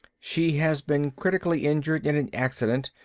she has been critically injured in an accident.